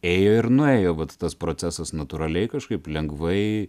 ėjo ir nuėjo vat tas procesas natūraliai kažkaip lengvai